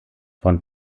von